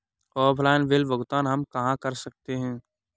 Offline bill भुगतान हम कहां कर सकते हैं?